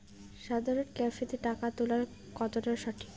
সাধারণ ক্যাফেতে টাকা তুলা কতটা সঠিক?